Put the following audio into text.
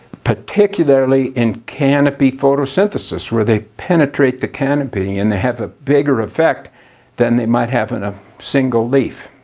particularly in canopy photosynthesis where they penetrate the canopy, and they have a bigger effect than they might have in a single leaf.